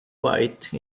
white